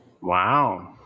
Wow